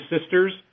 sisters